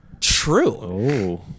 True